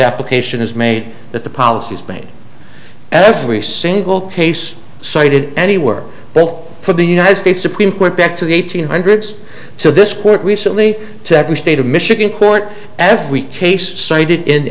application is made that the policy is plain every single case cited anywhere both for the united states supreme court back to the eighteen hundreds so this quit recently to the state of michigan court every case cited in